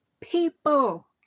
people